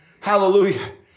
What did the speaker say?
Hallelujah